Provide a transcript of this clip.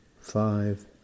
five